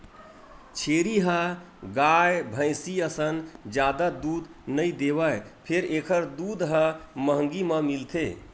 छेरी ह गाय, भइसी असन जादा दूद नइ देवय फेर एखर दूद ह महंगी म मिलथे